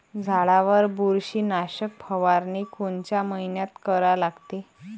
झाडावर बुरशीनाशक फवारनी कोनच्या मइन्यात करा लागते?